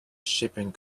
shipping